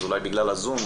אז אולי בגלל הזום.